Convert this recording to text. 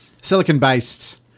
silicon-based